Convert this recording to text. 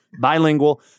bilingual